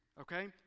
okay